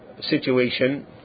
situation